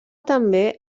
també